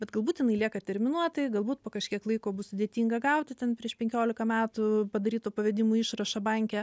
bet galbūt jinai lieka terminuotai galbūt po kažkiek laiko bus sudėtinga gauti ten prieš penkiolika metų padaryto pavedimo išrašą banke